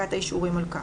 והנפקת האישורים על כך.